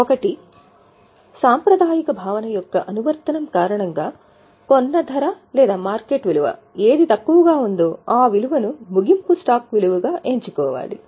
ఒకటి సాంప్రదాయిక భావన యొక్క అనువర్తనం కారణంగా కొన్న ధర లేదా మార్కెట్ విలువ ఏది తక్కువగా ఉందో ఆ విలువను ముగింపు స్టాక్ విలువగా ఎంచుకోవాలి